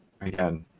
Again